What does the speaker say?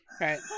Right